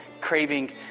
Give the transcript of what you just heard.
craving